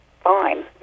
fine